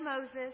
Moses